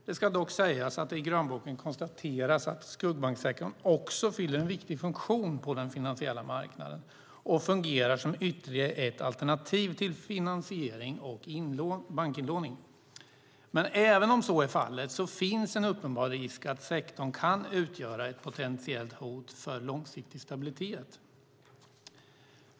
Det ska dock sägas att i grönboken konstateras att skuggbanksektorn också fyller en viktig funktion på den finansiella marknaden och fungerar som ytterligare ett alternativ till finansiering och bankinlåning. Men även om så är fallet finns det en uppenbar risk att sektorn kan utgöra ett potentiellt hot för långsiktig stabilitet.